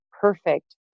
perfect